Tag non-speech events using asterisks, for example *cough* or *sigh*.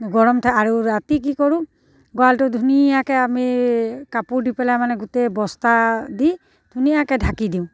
গৰম *unintelligible* আৰু ৰাতি কি কৰোঁ গঁৰালটো ধুনীয়াকৈ আমি কাপোৰ দি পেলাই মানে গোটেই বস্তা দি ধুনীয়াকৈ ঢাকি দিওঁ